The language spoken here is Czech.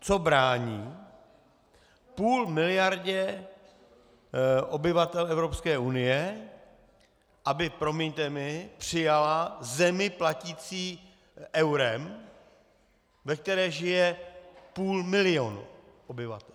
Co brání půl miliardě obyvatel Evropské unie, aby, promiňte mi, přijala zemi platící eurem, ve které žije půl milionu obyvatel?